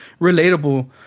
relatable